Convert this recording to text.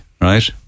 right